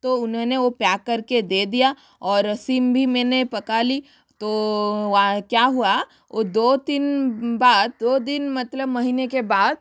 तो उन्होंने वो पैक करके दे दिया और सिम भी मैंने पका ली तो क्या हुआ ओ दो तीन बाद दो दिन मतलब महीने के बाद